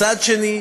מצד שני,